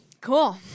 Cool